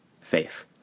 faith